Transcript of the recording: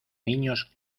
niños